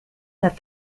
that